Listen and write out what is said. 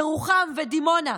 ירוחם ודימונה.